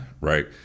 right